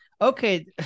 Okay